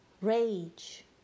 rage